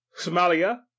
Somalia